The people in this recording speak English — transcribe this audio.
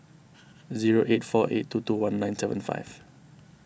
zero eight four eight two two one nine seven five